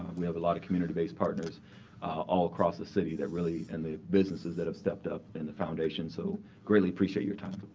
we have a lot of community based partners all across the city that really and the businesses that have stepped up in the foundation, so i greatly appreciate your time.